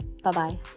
Bye-bye